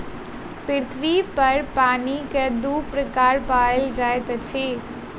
पृथ्वी पर पानिक दू प्रकार पाओल जाइत अछि